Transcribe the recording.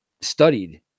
studied